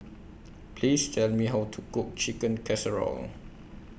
Please Tell Me How to Cook Chicken Casserole